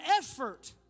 effort